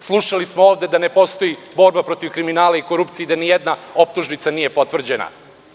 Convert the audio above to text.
Slušali smo ovde da ne postoji borba protiv kriminala i korupcije i da nijedna optužnica nije potvrđena